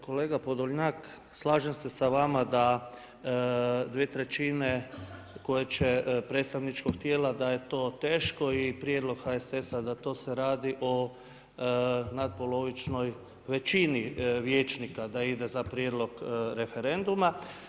Kolega Podolnjak slažem se sa vama dvije trećine koje će predstavničkog tijela da je to teško i prijedlog HSS-a da se to radi o natpolovičnoj većini vijećnika, da ide za prijedlog referenduma.